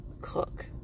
Cook